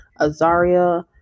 Azaria